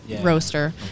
roaster